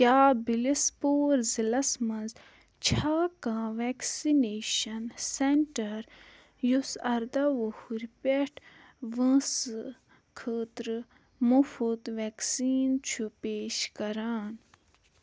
کیٛاہ بِلِسپوٗر ضلَعس مَنٛز چھا کانٛہہ ویکسِنیٚشن سینٛٹر یُس اَرداہ وُہُر پٮ۪ٹھ وٲنٛسہٕ خٲطرٕ مُفٕت ویکسیٖن چھُ پیش کران